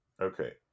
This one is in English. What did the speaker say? Okay